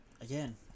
again